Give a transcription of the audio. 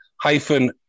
hyphen